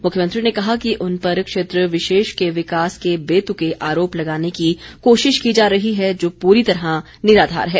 मुख्यमंत्री ने कहा कि उन पर क्षेत्र विशेष के विकास के बेतुके आरोप लगाने की कोशिश की जा रही है जो पूरी तरह निराधार है